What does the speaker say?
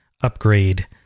upgrade